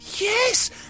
Yes